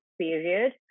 period